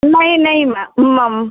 नहीं नहीं मैमम